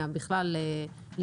אתה